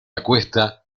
acuesta